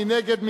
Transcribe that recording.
מי נגד?